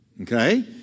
okay